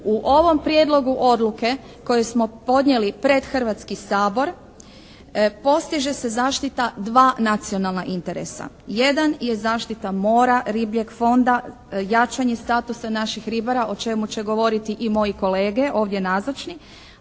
U ovom prijedlogu odluke koji smo podnijeli pred Hrvatski sabor, postiže se zaštita dva nacionalna interesa. Jedan je zaštita mora, ribljeg fonda, jačanje statusa naših ribara o čemu će govoriti i moji kolege ovdje nazočni,